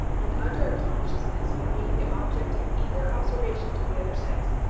and under a consciousness of being the object of eager observation to the other sex,